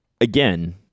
Again